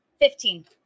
Fifteen